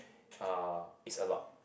uh is a lot